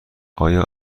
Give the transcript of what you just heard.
آیا